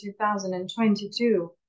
2022